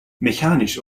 mechanisch